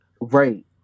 Right